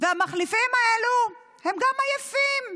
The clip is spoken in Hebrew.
והמחליפים האלה הם גם עייפים.